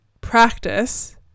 Practice